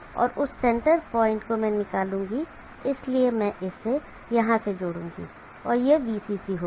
और उस centre point को मैं निकालूंगा इसलिए मैं इसे यहां जोड़ूंगा और यह VCC होगा